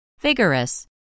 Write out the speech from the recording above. Vigorous